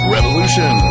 Revolution